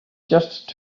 just